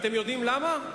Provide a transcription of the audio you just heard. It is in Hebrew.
אתם יודעים למה?